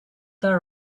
the